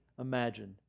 imagine